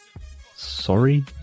sorry